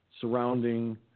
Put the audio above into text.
surrounding